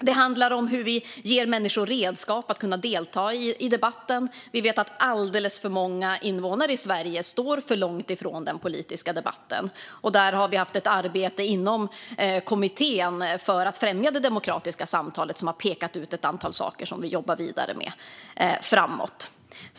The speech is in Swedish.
Det handlar om hur vi ger människor redskap att kunna delta i debatten. Vi vet att alldeles för många invånare i Sverige står för långt från den politiska debatten. Därför har man haft ett arbete inom kommittén för att främja det demokratiska samtalet och pekat ut ett antal saker som vi jobbar vidare med framöver.